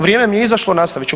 Vrijeme mi je izašlo, nastavit ću.